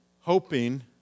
hoping